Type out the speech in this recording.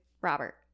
Robert